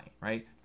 right